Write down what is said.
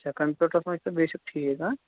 اچھا کَمپیوٗٹرَس منٛز چھُ بیٚشِک ٹھیٖک ہاں